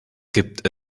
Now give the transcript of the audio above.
gibt